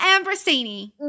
Ambrosini